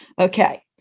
Okay